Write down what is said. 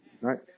Right